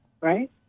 right